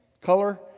color